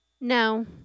No